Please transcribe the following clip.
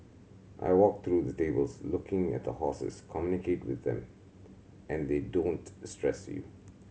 I walk through the tables looking at the horses communicate with them and they don't stress you